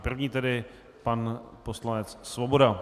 První tedy pan poslanec Svoboda.